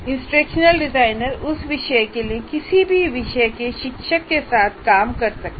instructional designer उस विषय के लिए किसी भी विषय के शिक्षक के साथ काम कर सकता है